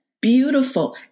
beautiful